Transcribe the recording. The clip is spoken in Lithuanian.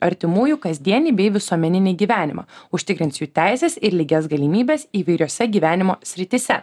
artimųjų kasdienį bei visuomeninį gyvenimą užtikrins jų teises ir lygias galimybes įvairiose gyvenimo srityse